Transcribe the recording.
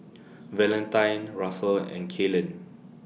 Valentine Russel and Kaylen